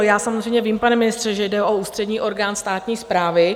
Já samozřejmě vím, pane ministře, že jde o ústřední orgán státní správy.